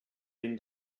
been